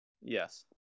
Yes